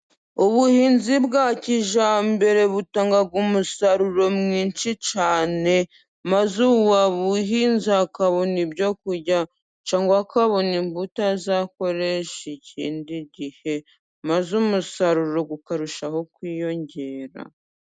Ubuhinzi bwa kijyambere butanga umusaruro mwinshi cyane, maze uwabuhinze akabona ibyo kurya cyagwa akabona imbuto azakoresha ikindi gihe, maze umusaruro ukarushaho kwiyongera.